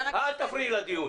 אל תפריעי לדיון.